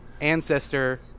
ancestor